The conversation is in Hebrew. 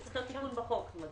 זה תיקון בחוק לא